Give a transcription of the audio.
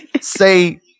say